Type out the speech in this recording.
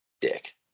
dick